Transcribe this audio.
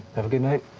have a good night.